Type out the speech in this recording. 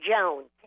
Jones